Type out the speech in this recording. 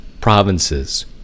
provinces